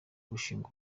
gushinga